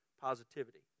positivity